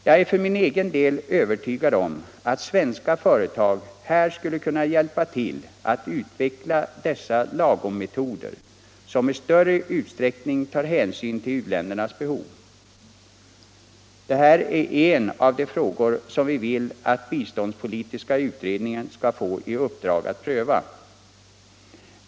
Jag är för min del övertygad om att svenska företag här skulle kunna hjälpa till att utveckla dessa lagommetoder, som i större utsträckning tar hänsyn till u-ländernas behov. Detta är en av de frågor vi vill att biståndspolitiska utredningen skall få i uppdrag att pröva.